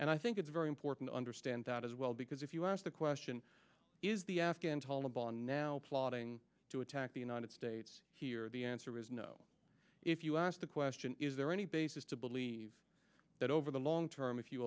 and i think it's very important to understand that as well because if you ask the question is the afghan taliban now plotting to attack the united states here the answer is no if you ask the question is there any basis to believe that over the long term if you